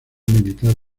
militar